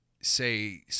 say